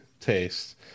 taste